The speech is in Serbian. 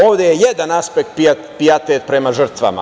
Ovde je jedan aspekt pijetet prema žrtvama.